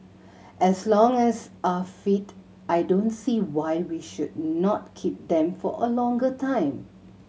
as long as are fit I don't see why we should not keep them for a longer time